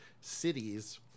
cities